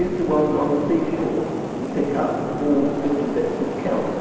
to wander on the sea shore and pick up all different bits of kelp,